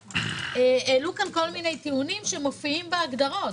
העלו פה כל מיני טיעונים שמופיעים בהגדרות